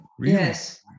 Yes